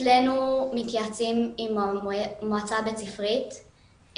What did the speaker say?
אצלנו מתייעצים עם המועצה הבית ספרית,